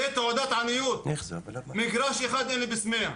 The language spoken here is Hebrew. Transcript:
זו תעודת עניות, מגרש אחד אין לי בסמיע.